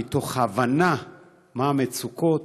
מתוך הבנה של המצוקות,